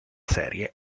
serie